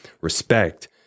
respect